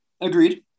Agreed